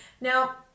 Now